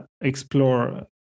explore